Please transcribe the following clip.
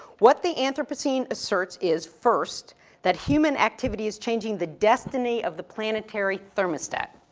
what the anthropocene asserts is first that human activity is changing the destiny of the planetary thermostat,